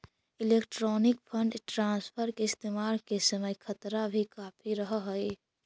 electronic fund transfer के इस्तेमाल के समय खतरा भी काफी रहअ हई